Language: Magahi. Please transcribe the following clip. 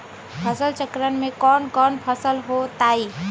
फसल चक्रण में कौन कौन फसल हो ताई?